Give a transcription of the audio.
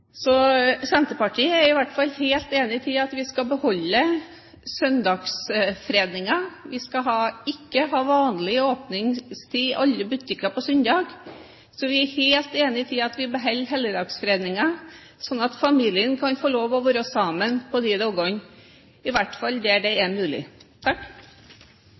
Så vi er helt enig i at vi beholder helligdagsfreden, slik at familien kan få lov til å være sammen på de dagene, i hvert fall der det er mulig.